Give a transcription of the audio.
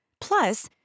Plus